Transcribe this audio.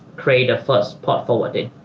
create a first port forwarding